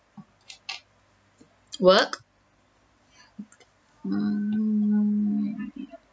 work mm